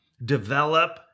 develop